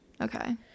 Okay